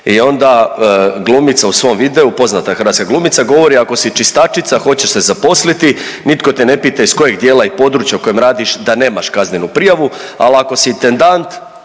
i onda glumica u svom videu, poznata hrvatska glumica, govori ako si čistačica hoćeš se zaposliti nitko te ne pita iz kojeg dijela i područja u kojem radiš da nemaš kaznenu prijavu, al ako si intendant